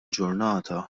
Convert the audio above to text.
ġurnata